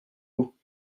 coup